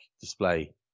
display